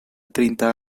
treinta